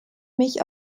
mich